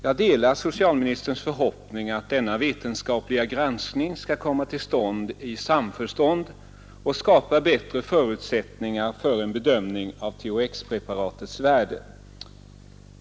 Jag delar socialministerns förhoppning att en vetenskaplig granskning kommer att göras i samförstånd och skapa bättre förutsättningar för en bedömning av THX-preparatets värde.